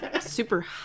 Super